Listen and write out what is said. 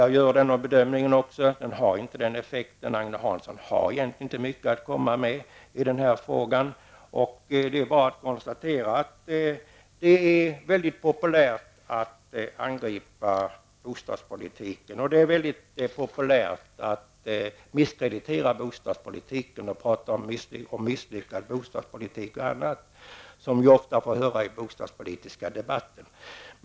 Jag gör samma bedömning. Agne Hansson har egentligen inte mycket att komma med i den här frågan. Det är bara att konstatera att det är väldigt populärt att angripa och misskreditera bostadspolitiken. Prat om misslyckad bostadspolitik och annat får vi ofta höra i bostadspolitiska debatter.